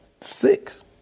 Six